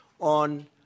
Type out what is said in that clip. on